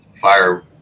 fire